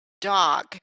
dog